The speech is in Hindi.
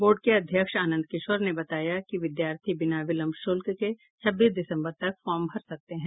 बोर्ड के अध्यक्ष आनंद किशोर ने बताया कि विद्यार्थी बिना विलंब शुल्क के छब्बीस दिसम्बर तक फार्म भर सकते हैं